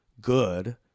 good